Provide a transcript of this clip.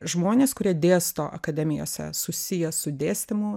žmonės kurie dėsto akademijose susiję su dėstymu